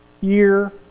year